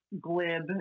glib